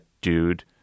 dude